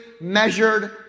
measured